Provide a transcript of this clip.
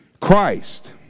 Christ